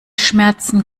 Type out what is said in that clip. schmerzen